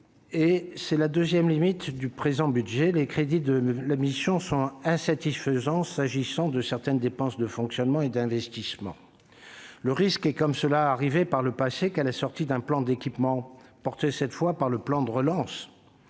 et c'est la deuxième limite du présent budget, les crédits de la mission sont insatisfaisants s'agissant de certaines dépenses de fonctionnement et d'investissement. Le risque est, comme cela est déjà arrivé par le passé, qu'à la sortie d'un plan d'équipement porté cette fois-ci par le plan de relance